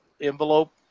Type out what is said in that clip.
envelope